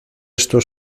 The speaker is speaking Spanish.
esto